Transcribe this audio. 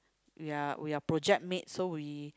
ya we are project mate so we